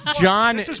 John